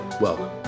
Welcome